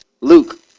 Luke